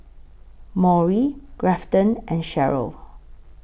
Maury Grafton and Cheryle